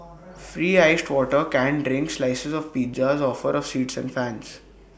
free iced water canned drinks slices of pizzas offer of seats and fans